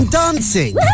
dancing